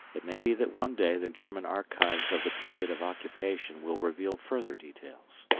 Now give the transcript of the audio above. it may be that one day the german archives of the period of occupation will reveal further details.